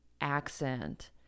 accent